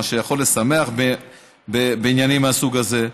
מה שיכול לשמח בעניינים מהסוג הזה.